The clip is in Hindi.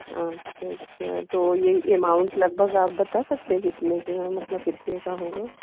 अच्छा अच्छा तो यही एमाउंट लगभाग आप बता सकते हैं कितने के हैं मतलब कितने का होगा